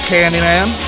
Candyman